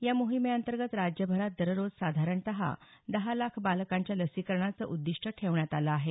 या मोहीमेअंतर्गत राज्यभरात दररोज साधारणत दहा लाख बालकांच्या लसीकरणाचं उद्दिष्ट ठेवण्यात आलं आहे